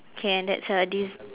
K and that's a des~